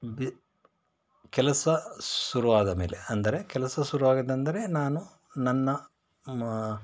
B ಕೆಲಸ ಶುರುವಾದ ಮೇಲೆ ಅಂದರೆ ಕೆಲಸ ಶುರುವಾದದ್ದು ಅಂದರೆ ನಾನು ನನ್ನ ಮ